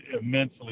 immensely